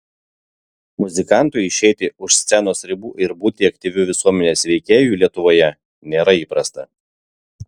muzikantui išeiti už scenos ribų ir būti aktyviu visuomenės veikėju lietuvoje nėra įprasta